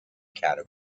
category